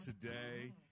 today